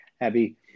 Abby